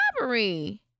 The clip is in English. robbery